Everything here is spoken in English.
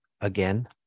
again